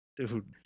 Dude